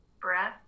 Breath